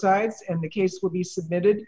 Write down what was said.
sides and the case will be submitted